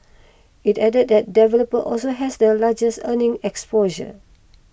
it added that developer also has the largest earnings exposure